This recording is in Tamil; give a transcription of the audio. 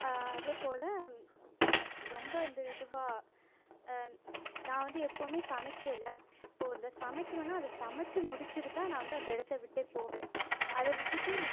அதே போல் ந ரொம்ப அந்து இதுவாக நான் வந்து எப்போவுமே சமைக்கயில் இப்போது வந்து சமைக்கணுனா அத சமச்சு முடிச்சுட்டு தான் நான் வந்து அந்த இடத்த விட்டே போவேன் அதை விட்டுட்டு